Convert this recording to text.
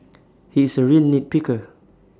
he is A real nit picker